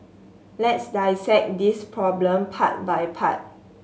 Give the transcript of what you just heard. let's dissect this problem part by part